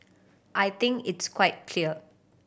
I think it's quite clear